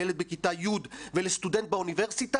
לילד בכיתה י' ולסטודנט באוניברסיטה,